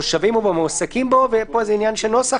בתושבים או במועסקים בו" ופה זה עניין של נוסח